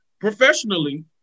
professionally